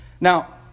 Now